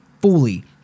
fully